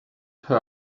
her